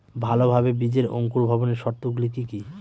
ভালোভাবে বীজের অঙ্কুর ভবনের শর্ত গুলি কি কি?